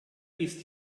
ist